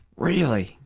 really?